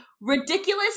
Ridiculous